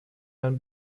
dann